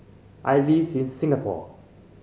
I live in Singapore